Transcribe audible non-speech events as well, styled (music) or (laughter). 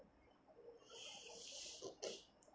(noise)